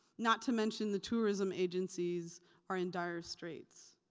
not to mention the tourism agencies are in dire straits.